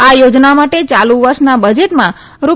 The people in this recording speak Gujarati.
આ યોજના માટે યાલુ વર્ષના બજેટમાં રૂ